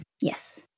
Yes